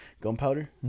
Gunpowder